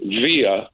via